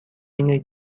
اینه